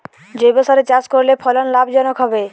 জৈবসারে চাষ করলে ফলন লাভজনক হবে?